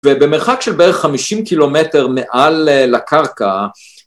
ובמרחק של בערך חמישים קילומטר מעל לקרקע..